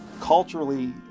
culturally